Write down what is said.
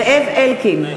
זאב אלקין,